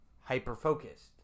hyper-focused